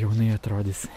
jaunai atrodysi